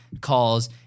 calls